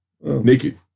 naked